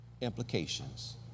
implications